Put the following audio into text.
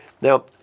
Now